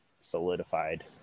solidified